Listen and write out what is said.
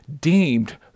deemed